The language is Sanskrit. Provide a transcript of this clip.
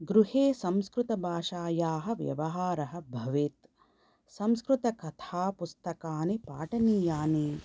गृहे संस्कृतभाषायाः व्यवहारः भवेत् संस्कृतकथापुस्तकानि पाठनीयानि